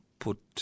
put